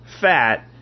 fat